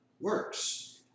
works